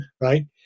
right